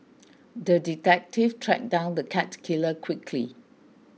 the detective tracked down the cat killer quickly